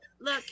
look